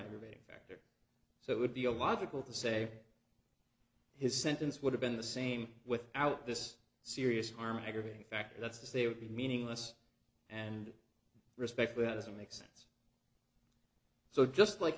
everybody in fact so it would be a logical to say his sentence would have been the same without this serious harm aggravating factor that's to say it would be meaningless and respect that doesn't make sense so just like